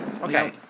Okay